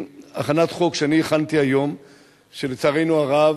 בהצעת חוק שהכנתי היום לצערנו הרב,